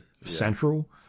central